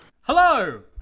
Hello